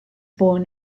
born